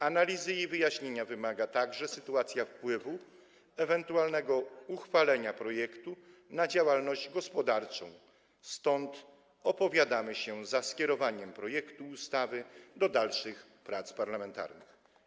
Analizy i wyjaśnienia wymaga także sytuacja wpływu ewentualnego uchwalenia projektu na działalność gospodarczą, stąd opowiadamy się za skierowaniem projektu ustawy do dalszych prac parlamentarnych.